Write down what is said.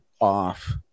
off